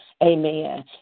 Amen